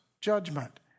judgment